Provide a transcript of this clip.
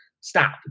stop